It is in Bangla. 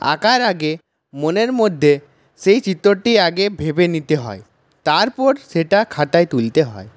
আঁকার আগে মনের মধ্যে সেই চিত্রটি আগে ভেবে নিতে হয় তারপর সেটা খাতায় তুলতে হয়